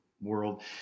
world